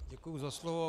Děkuji za slovo.